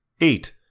Eight